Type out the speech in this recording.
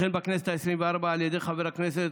בכנסת העשרים-וארבע, על ידי חבר הכנסת